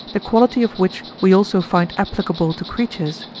the quality of which we also find applicable to creatures,